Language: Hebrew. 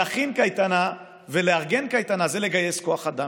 להכין קייטנה ולארגן קייטנה זה לגייס כוח אדם